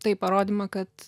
taip parodymą kad